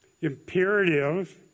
imperative